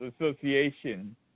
Association